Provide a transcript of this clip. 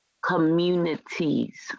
communities